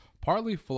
partly